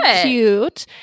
cute